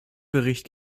bericht